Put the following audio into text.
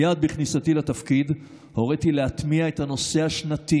מייד בכניסתי לתפקיד הוריתי להטמיע את הנושא השנתי